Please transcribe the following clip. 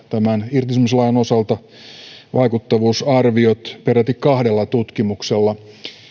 tämän irtisanomislain osalta vaikuttavuusarviot peräti kahdella tutkimuksella